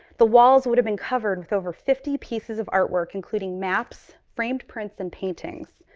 the walls would have been covered with over fifty pieces of artwork, including maps, framed prints and paintings.